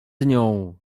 nią